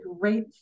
great